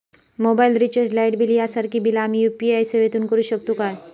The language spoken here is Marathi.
मोबाईल रिचार्ज, लाईट बिल यांसारखी बिला आम्ही यू.पी.आय सेवेतून करू शकतू काय?